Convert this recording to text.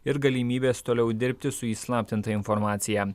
ir galimybės toliau dirbti su įslaptinta informacija